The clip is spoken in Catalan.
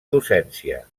docència